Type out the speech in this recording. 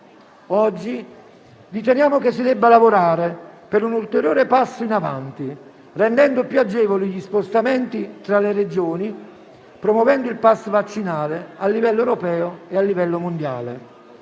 Oggi riteniamo che si debba lavorare per un ulteriore passo in avanti, rendendo più agevoli gli spostamenti tra le Regioni promuovendo il *pass* vaccinale sia a livello europeo che a livello mondiale.